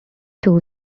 two